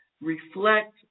reflect